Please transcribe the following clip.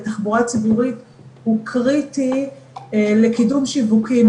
לכמות תחבורה הציבורית שאנחנו רוצים שאנשים ישתתפו,